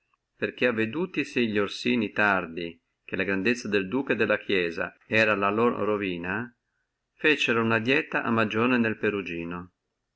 perché avvedutisi li orsini tardi che la grandezza del duca e della chiesia era la loro ruina feciono una dieta alla magione nel perugino